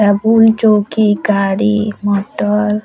table ଚୌକି ଗାଡ଼ି ମଟର